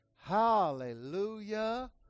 Hallelujah